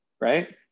Right